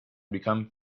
become